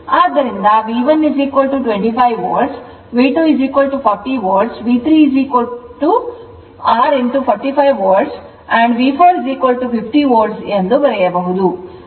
ಆದ್ದರಿಂದ V1 25 volt volt V240 volt V450 volt ಮತ್ತು V3r 45 volt ಎಂದು ಬರೆಯಬಹುದು